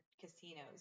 casinos